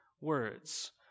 words